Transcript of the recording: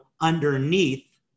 underneath